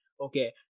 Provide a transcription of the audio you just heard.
Okay